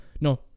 No